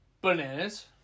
bananas